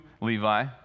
Levi